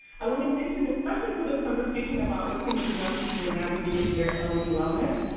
i want to mention, especially for the conversation about working with young people navigating their own wellness,